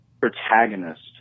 protagonist